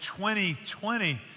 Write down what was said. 2020